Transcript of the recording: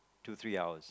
two three hours